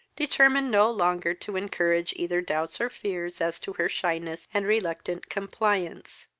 determined no longer to encourage either doubts or fears as to her shyness and reluctant compliance.